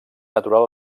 natural